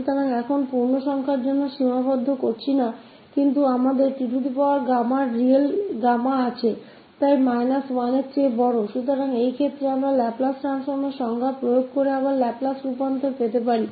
तो अब हम पूर्णांकों के लिए यहां प्रतिबंधित नहीं कर रहे हैं लेकिन हमारे पास है 𝑡γ γ एक real संख्या 1 से अधिक है तो इस मामले में भी हम लाप्लास परिवर्तन की परिभाषा को लागू करके फिर से लाप्लास परिवर्तन प्राप्त कर सकते हैं